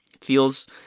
feels